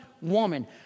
woman